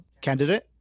candidate